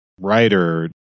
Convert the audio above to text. writer